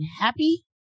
happy